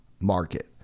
market